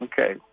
Okay